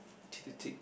cheek to cheek